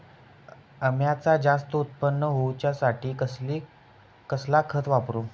अम्याचा जास्त उत्पन्न होवचासाठी कसला खत वापरू?